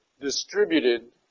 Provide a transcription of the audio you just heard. distributed